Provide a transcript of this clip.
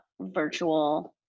virtual